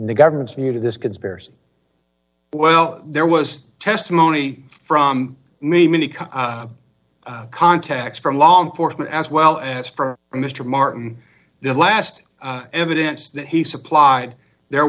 new governments new to this conspiracy well there was testimony from me many cut contacts from law enforcement as well as for mr martin the last evidence that he supplied there